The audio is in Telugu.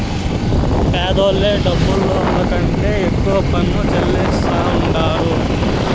పేదోల్లే డబ్బులున్నోళ్ల కంటే ఎక్కువ పన్ను చెల్లిస్తాండారు